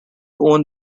own